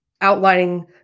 outlining